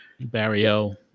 Barrio